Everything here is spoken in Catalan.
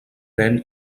nen